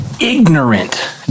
ignorant